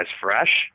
fresh